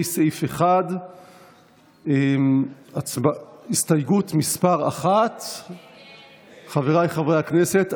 סעיף 1. הסתייגות מס' 1. חבריי חברי הכנסת,